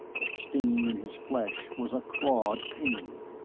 the stinging in his flesh was a clawed pain.